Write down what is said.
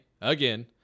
again